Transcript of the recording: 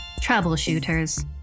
troubleshooters